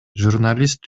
журналист